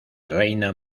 reina